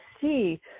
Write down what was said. see